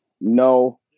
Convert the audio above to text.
No